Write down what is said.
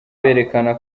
berekana